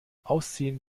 ausziehen